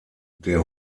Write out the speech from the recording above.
der